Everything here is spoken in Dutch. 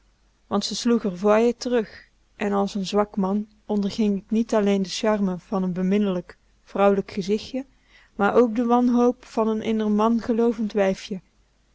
want ze sloeg r voile terug en als n zwak man onderging k niet alleen de charme van n beminnelijk vrouwelijk gezichtje maar ook de wanhoop van n in r man geloovend